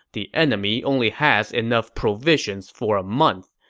the enemy only has enough provisions for a month,